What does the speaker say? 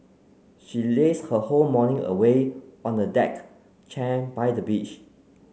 she lazed her whole morning away on a deck chair by the beach